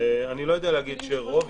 אני לא יודע להגיד רוב,